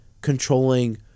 controlling